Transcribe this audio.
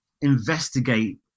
investigate